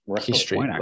history